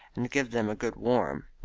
and give them a good warm.